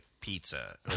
pizza